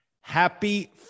Happy